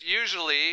usually